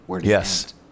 Yes